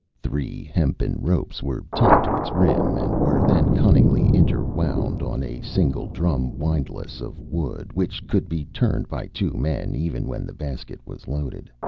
three hempen ropes were tied to its rim, and were then cunningly interwound on a single-drum windlass of wood, which could be turned by two men even when the basket was loaded.